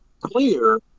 clear –